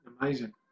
amazing